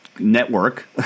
Network